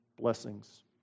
blessings